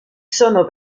sono